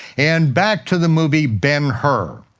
and back to the movie ben-hur.